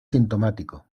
sintomático